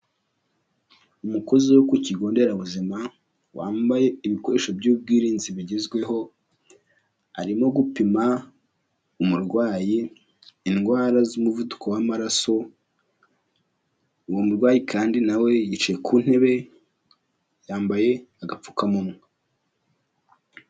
Umukozi wo ku kigo nderabuzima, wambaye ibikoresho by'ubwirinzi bigezweho, arimo gupima umurwayi indwara z'umuvuduko w'amaraso, uwo murwayi kandi nawe yicaye ku ntebe, yambaye agapfukamunwa.